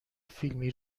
فیلمی